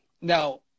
Now